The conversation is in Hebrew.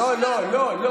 לא לא לא.